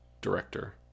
director